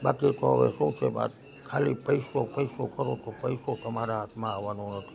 બાકી તો હવે શું છે વાત ખાલી પૈસો પૈસો કરો તો પૈસો તમારા હાથમાં આવવાનો નથી